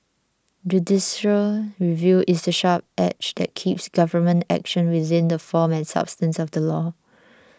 judicial review is the sharp edge that keeps government action within the form and substance of the law